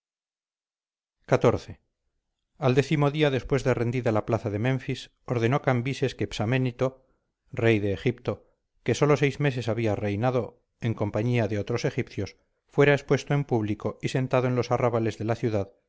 xiv al décimo día después de rendida la plaza de menfis ordenó cambises que psaménito rey de egipto que sólo seis meses había reinado en compañía de otros egipcios fuera expuesto en público y sentado en los arrabales de la ciudad